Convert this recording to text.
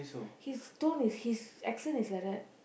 his tone his action is like that